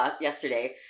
yesterday